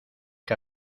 que